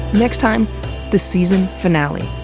next time the season finale.